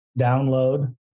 download